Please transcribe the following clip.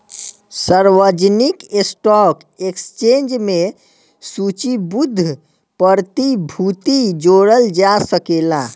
सार्वजानिक stock exchange में सूचीबद्ध प्रतिभूति जोड़ल जा सकेला